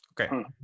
Okay